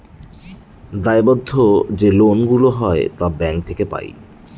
দায়বদ্ধ যে লোন গুলা হয় তা ব্যাঙ্ক থেকে পাই